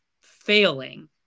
failing